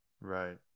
right